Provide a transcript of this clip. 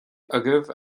agaibh